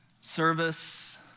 Service